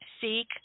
seek